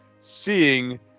seeing